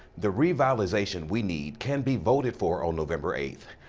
the revitalization we need can be voted for on november eighth.